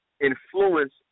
influence